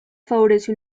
favorece